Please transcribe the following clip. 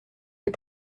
les